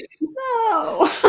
No